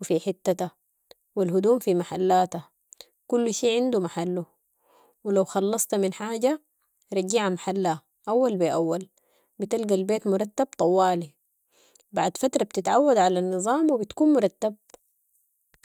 وفي حتتها والهدوم في محلاتها، كل شي عندو محلو، ولو خلصت من حاجه رجعها محلها اول بي اول بتلقي البيت مرتب طوالي. بعد فتره بتتعود علي النظام وبتكون مرتب.